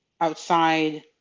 outside